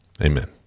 amen